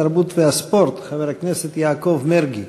התרבות והספורט חבר הכנסת יעקב מרגי